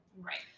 Right